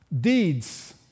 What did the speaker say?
deeds